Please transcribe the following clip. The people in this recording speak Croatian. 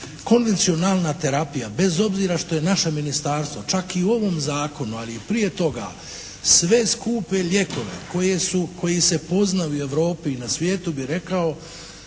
konvencionalna terapija, bez obzira što je naše ministarstvo čak i u ovom zakonu, ali i prije toga sve skupe lijekove koji se poznaju u Europi i na svijetu bi rekao